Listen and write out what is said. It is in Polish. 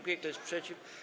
Kto jest przeciw?